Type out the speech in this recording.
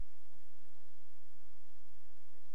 בתחילת